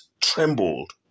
trembled